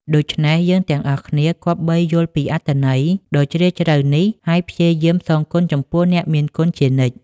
ដូច្នេះ យើងទាំងអស់គ្នាគប្បីយល់ពីអត្ថន័យដ៏ជ្រាលជ្រៅនេះ ហើយព្យាយាមសងគុណចំពោះអ្នកមានគុណជានិច្ច។